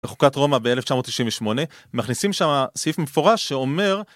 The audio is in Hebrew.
בחוקת רומא ב-1998, מכניסים שמה סעיף מפורש שאומר